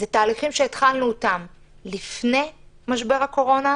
אלה תהליכים שהתחלנו אותם לפני משבר הקורונה,